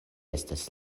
estas